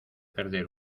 perder